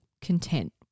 content